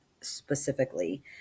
specifically